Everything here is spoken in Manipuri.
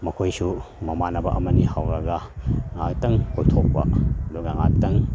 ꯃꯈꯣꯏꯁꯨ ꯃꯃꯥꯟꯅꯕ ꯑꯃꯅꯤ ꯍꯧꯔꯒ ꯉꯥꯏꯍꯥꯛꯇꯪ ꯀꯣꯏꯊꯣꯛꯄ ꯑꯗꯨꯒ ꯉꯥꯛꯍꯥꯛꯇꯪ